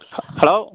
hello